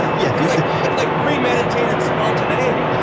yeah yeah that's like free meditated spontaneity.